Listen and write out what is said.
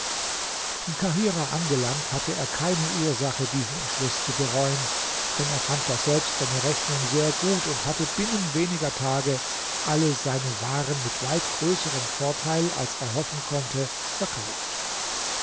in kahirah angelangt hatte er keine ursache diesen entschluß zu bereuen denn er fand daselbst seine rechnung sehr gut und hatte binnen weniger tagen alle seine waren mit weit größerem vorteil als er hoffen konnte verkauft